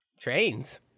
trains